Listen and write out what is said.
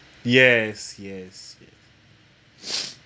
yes yes